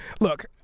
look